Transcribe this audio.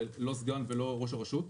אבל לא הסגן ולא ראש הרשות.